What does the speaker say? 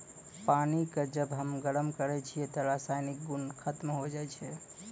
पानी क जब हम गरम करै छियै त रासायनिक गुन खत्म होय जाय छै